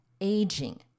aging